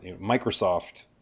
Microsoft